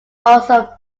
also